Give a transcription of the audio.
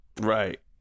Right